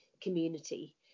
community